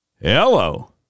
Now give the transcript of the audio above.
Hello